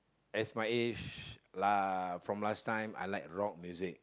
as my age lah from last time I like rock music